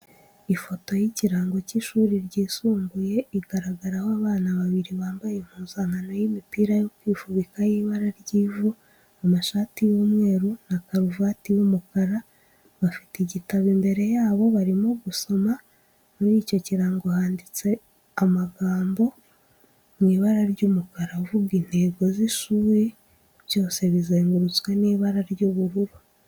Ifoto y'ikirango cy'ishuri ryisumbuye igaragaraho abana babiri bambaye impuzankano imipira yo kwifubika y'ibara ry'ivu, amashati y'umweru na karuvati y'umukara, bafite igitabo, imbere yabo barimo gusoma, muri icyo kirango handitse amagambo mu ibara ry'umukara avuga intego z'ishuri, byose bizengurutswe n'ibara ry'ubururu.